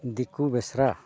ᱫᱤᱠᱩ ᱵᱮᱥᱨᱟ